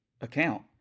account